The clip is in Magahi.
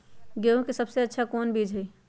गेंहू के सबसे अच्छा कौन बीज होई?